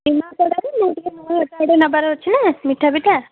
ନିମାପଡ଼ାରେ ମୁଁ ଟିକେ ନେବାର ଅଛି ନା ମିଠା ପିଠା